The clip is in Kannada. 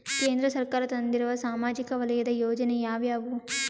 ಕೇಂದ್ರ ಸರ್ಕಾರ ತಂದಿರುವ ಸಾಮಾಜಿಕ ವಲಯದ ಯೋಜನೆ ಯಾವ್ಯಾವು?